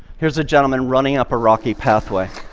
here's a gentleman running up a rocky pathway.